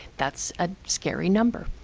that's a scary number.